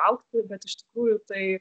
augti bet iš tikrųjų tai